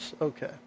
okay